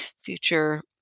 future